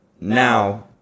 now